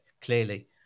clearly